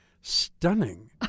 stunning